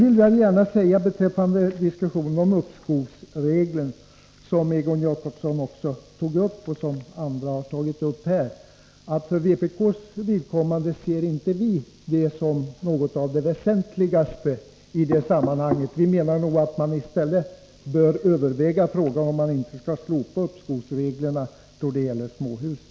Sedan vill jag i diskussionen om uppskovsregler, som också Egon Jacobsson tog upp, gärna säga att vpk för sitt vidkommande inte ser det som det väsentligaste i sammanhanget. Vi menar att man i stället bör överväga om man inte skall slopa uppskovsreglerna då det gäller småhusen.